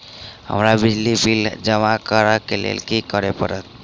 हमरा बिजली बिल जमा करऽ केँ लेल की करऽ पड़त?